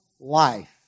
life